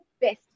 best